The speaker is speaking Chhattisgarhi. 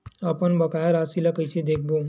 अपन बकाया राशि ला कइसे देखबो?